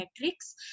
metrics